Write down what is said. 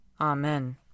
Amen